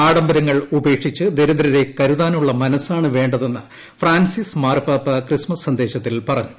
ആഡംബരങ്ങൾ ഉപേക്ഷിച്ച് ദരിദ്രരെ കരുതാനുള്ളൂ മനസ്സാണ് വേണ്ടതെന്ന് ഫ്രാൻസിസ് മാർപാപ്പ ക്രിസ്മ്സ് ് സന്ദേശത്തിൽ പറഞ്ഞു